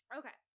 okay